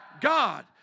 God